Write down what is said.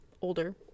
older